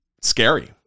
scary